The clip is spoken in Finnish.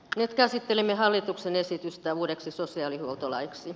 nyt käsittelemme hallituksen esitystä uudeksi sosiaalihuoltolaiksi